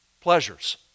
pleasures